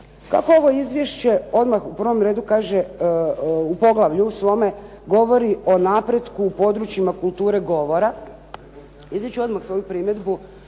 Kako ovo izvješće odmah u prvom redu kaže u poglavlju svome govori o napretku u područjima kulture govora iznijet ću odmah svoju primjedbu